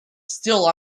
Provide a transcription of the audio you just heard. still